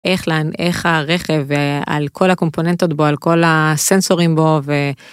איך, איך הרכב על כל הקומפוננטות בו על כל הסנסורים בו.